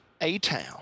A-Town